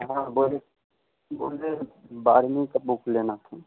हाँ बोलिए बोले बारहवीं का बुक लेना था